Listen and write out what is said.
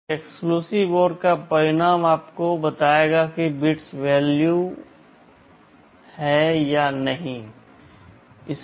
तो एक exclusive OR का परिणाम आपको बताएगा कि बिट्स समान हैं या नहीं हैं